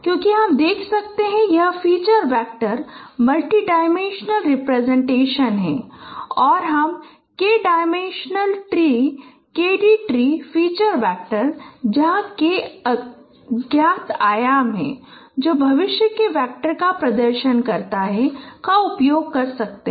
क्योंकि हम देख सकते हैं कि यह feature vector multi dimensional representation है और आप K dimensional tree K D tree feature vector जहां K ज्ञात आयाम हैं जो भविष्य के वेक्टर का प्रदर्शन करता है का उपयोग कर सकते हैं